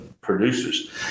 producers